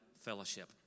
fellowship